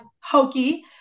hokey